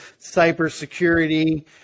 cybersecurity